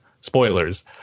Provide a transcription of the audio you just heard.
Spoilers